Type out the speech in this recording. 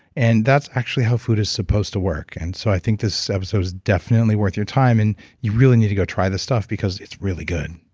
and that's actually how food is supposed to work. and so i think this episode is definitely worth your time, and you really need to go try this stuff because it's really good